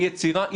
היצירה,